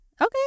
Okay